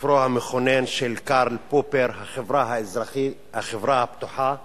ספרו המכונן של קרל פופר "החברה הפתוחה ואויביה".